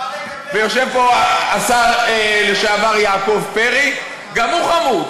ויושב פה השר לשעבר יעקב פרי, גם הוא חמוץ.